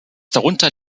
darunter